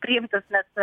priimtas nes